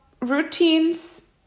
routines